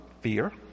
fear